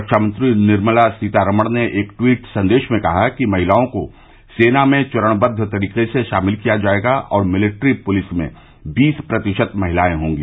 रक्षामंत्री निर्मला सीतारमण ने एक ट्वीट संदेश में कहा कि महिलाओं को सेना में चरणबद्व तरीके से शामिल किया जाएगा और मिलिट्री पुलिस में बीस प्रतिशत महिलाएं होंगी